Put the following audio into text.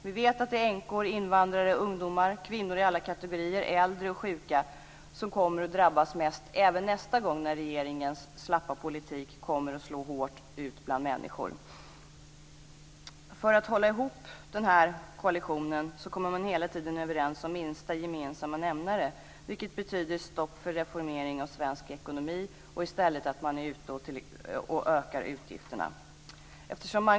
Vi vet att det är änkor, invandrare, ungdomar, kvinnor i alla kategorier, äldre och sjuka som kommer att drabbas mest även nästa gång regeringens slappa politik kommer att slå hårt ut bland människor. För att hålla ihop koalitionen kommer man hela tiden överens om minsta gemensamma nämnare, vilket betyder stopp för reformering av svensk ekonomi och att man i stället är ute och ökar utgifterna.